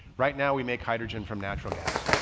right now we make hydrogen from natural gas.